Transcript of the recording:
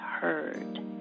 heard